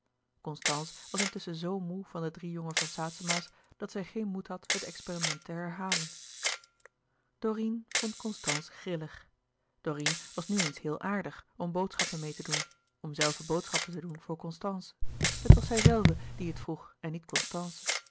was intusschen zoo moê van de drie jonge van saetzema's dat zij geen moed had het experiment te herhalen dorine vond constance grillig dorine was nu eens heel aardig om boodschappen meê te doen om zelve boodschappen te doen voor constance het was zijzelve die het vroeg en niet constance